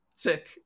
Sick